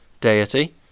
deity